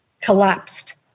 collapsed